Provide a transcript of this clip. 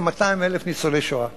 כ-200,000 ניצולי השואה.